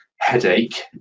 headache